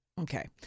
okay